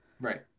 right